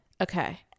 Okay